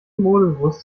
modebewusst